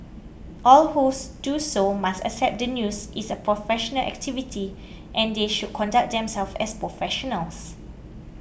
all who do so must accept that news is a professional activity and they should conduct themselves as professionals